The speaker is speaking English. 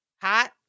hot